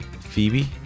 Phoebe